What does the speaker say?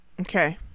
Okay